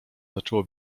zaczęło